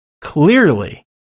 clearly